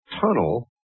tunnel